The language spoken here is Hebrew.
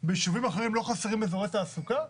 ביישובים אחרים לא חסרים אזורי תעסוקה?